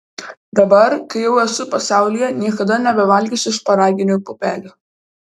dabar kai jau esu pasaulyje niekada nebevalgysiu šparaginių pupelių